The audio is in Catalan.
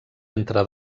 entre